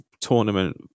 tournament